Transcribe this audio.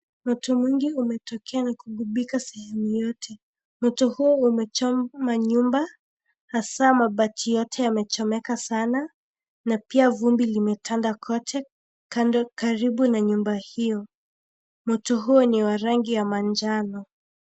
Moto mwingi umetokea na kugubika sehemu yote. Moto huu umechoma nyumba hasa mabati yote yamechomeka sana na pia vumbi limetanda kote kando karibu na nyumba hiyo. Moto huo ni wa rangi ya manjano.